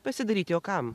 pasidaryti o kam